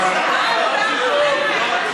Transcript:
שאנשים יחזרו לאולם.